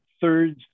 third